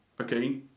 okay